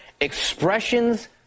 expressions